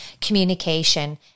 communication